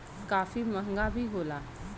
काफी महंगा भी होला